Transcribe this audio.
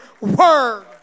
word